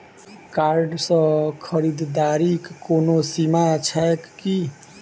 Card सँ खरीददारीक कोनो सीमा छैक की?